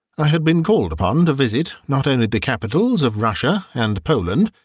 i had been called upon to visit not only the capitals of russia and poland,